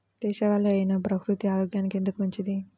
దేశవాలి అయినా బహ్రూతి ఆరోగ్యానికి ఎందుకు మంచిది?